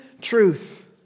truth